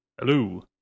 Hello